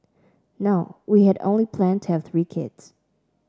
no we had only planned to have three kids